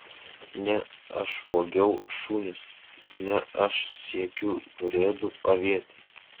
ne aš vogiau šunis ne aš siekiu urėdų paviete